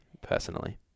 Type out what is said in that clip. personally